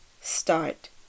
start